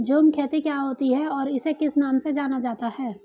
झूम खेती क्या होती है इसे और किस नाम से जाना जाता है?